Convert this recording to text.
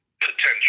potential